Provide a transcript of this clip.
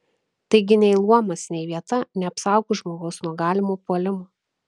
taigi nei luomas nei vieta neapsaugo žmogaus nuo galimo puolimo